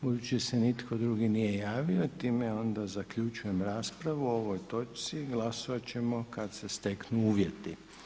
Budući da se nitko drugi nije javio time onda zaključujem raspravu o ovoj točci, glasovati ćemo kada se steknu uvjeti.